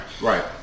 right